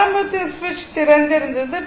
ஆரம்பத்தில் சுவிட்ச் திறந்திருந்தது